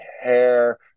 hair